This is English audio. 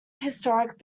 historic